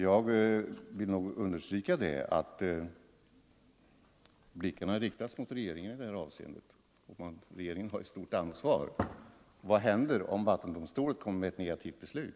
Jag vill understryka att blickarna riktas mot regeringen och att regeringen har ett stort ansvar i det här avseendet. Vad händer om vattendomstolen fattar ett negativt beslut?